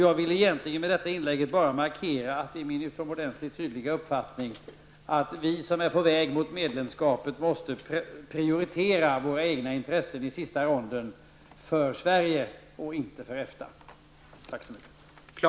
Jag vill med detta inlägg egentligen bara markera att det är min utomordentligt tydliga uppfattning att vi som är på väg mot medlemskap måste prioritera våra egna intressen i sista ronden för Sverige och inte för Efta.